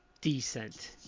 decent